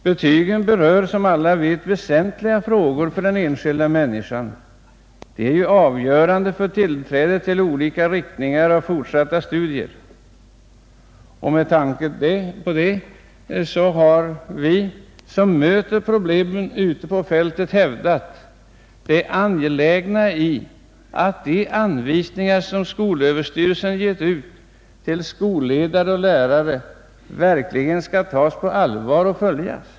Betygen berör som alla vet väsentliga frågor för den enskilda människan — de är avgörande för tillträde till olika riktningar av fortsatta studier. Vi som möter problemen ute på fältet har hävdat det angelägna i att de anvisningar som skolöverstyrelsen har utfärdat till skolledare och lärare verkligen tas på allvar och följs.